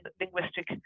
linguistic